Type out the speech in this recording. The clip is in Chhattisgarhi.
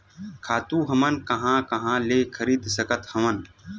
खातु हमन कहां कहा ले खरीद सकत हवन?